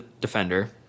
defender